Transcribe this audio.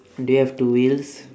they have two wheels